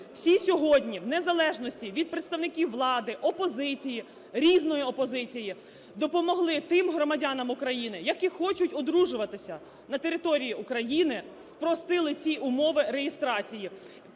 всі сьогодні в незалежності від представників влади, опозиції, різної опозиції допомогли тим громадянам України, які хочуть одружуватися на території України, спростили ті умови реєстрації,